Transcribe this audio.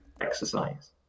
exercise